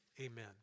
Amen